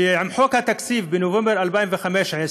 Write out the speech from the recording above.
שעם חוק התקציב, בנובמבר 2015,